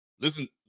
Listen